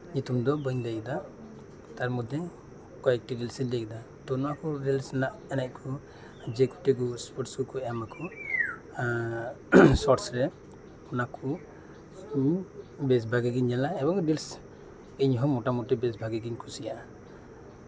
ᱧᱩᱛᱩᱢ ᱫᱚ ᱵᱟᱹᱧ ᱞᱟᱹᱭᱮᱫᱟ ᱛᱟᱨ ᱢᱚᱫᱽ ᱨᱮ ᱠᱚᱭᱮᱠᱴᱤ ᱨᱤᱞᱥᱤᱧ ᱞᱟᱹᱭ ᱠᱮᱫᱟ ᱛᱚ ᱱᱚᱶᱟ ᱠᱚ ᱨᱤᱞᱥ ᱨᱮᱭᱟᱜ ᱮᱱᱮᱡ ᱠᱚ ᱡᱮᱠᱚᱴᱤ ᱮᱥᱯᱳᱴᱥ ᱠᱚ ᱮᱢᱟᱠᱚ ᱥᱚᱴᱥ ᱨᱮ ᱚᱱᱟ ᱠᱚ ᱤᱧ ᱵᱮᱥ ᱵᱷᱟᱜᱮ ᱜᱤᱧ ᱧᱮᱞᱟ ᱮᱵᱚᱝ ᱨᱤᱞᱥ ᱤᱧ ᱢᱚᱴᱟᱢᱩᱴᱤ ᱵᱮᱥ ᱵᱷᱟᱜᱮ ᱜᱤᱧ ᱠᱩᱥᱤᱭᱟᱜᱼᱟ